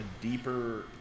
deeper –